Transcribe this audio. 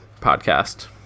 podcast